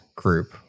group